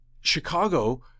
Chicago